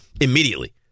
immediately